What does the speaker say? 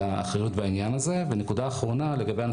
האחריות לביצוע